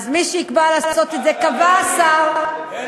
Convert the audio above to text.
מי שיקבע לעשות את זה, קבע השר, את ערנית.